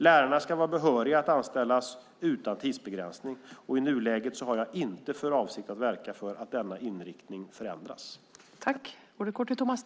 Lärarna ska vara behöriga att anställas utan tidsbegränsning. I nuläget har jag inte för avsikt att verka för att denna inriktning ändras.